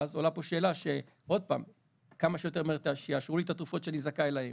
ואז עוד פעם עולה השאלה של כמה מהר יאשרו לי את התרופות שאני זכאי להן,